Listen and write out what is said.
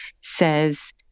says